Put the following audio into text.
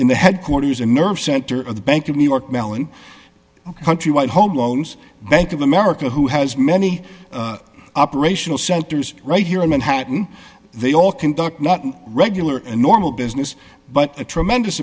in the headquarters a nerve center of the bank of new york mellon countrywide home loans bank of america who has many operational centers right here in manhattan they all conduct not regular and normal business but a tremendous